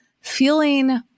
feeling